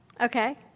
Okay